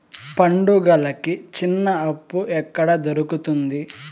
పండుగలకి చిన్న అప్పు ఎక్కడ దొరుకుతుంది